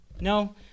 No